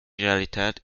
realität